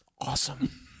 awesome